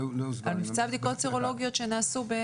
על מבצע בדיקות סרולוגיות שנעשו.